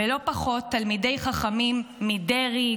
ולא פחות תלמידי חכמים מדרעי,